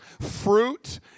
fruit